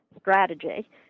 strategy